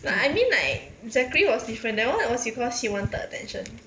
like I mean like zachary was different that one was because he wanted attention yeah